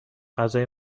غذای